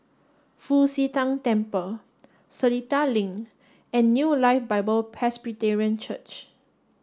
Fu Xi Tang Temple Seletar Link and New Life Bible Presbyterian Church